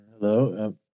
Hello